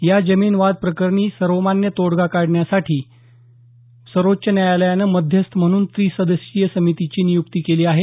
या जमीन वाद प्रकरणी सर्वमान्य तोडगा काढण्यासाठी सर्वोच्च न्यायालयानं मध्यस्थ म्हणून त्रिसदस्यीय समितीची नियुक्ती केली आहे